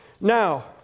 Now